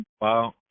Wow